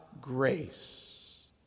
grace